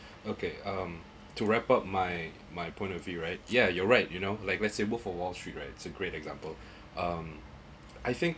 okay um to wrap up my my point of view right yeah you're right you know like let's say both of are agree right it's a great example um I think